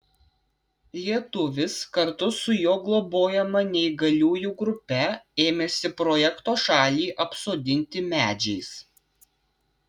lietuvis kartu su jo globojama neįgaliųjų grupe ėmėsi projekto šalį apsodinti medžiais